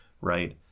Right